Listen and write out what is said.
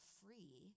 free